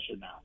now